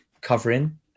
covering